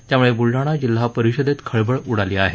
त्यामुळे बुलडाणा जिल्हा परिषदेत खळबळ उडाली आहे